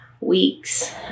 weeks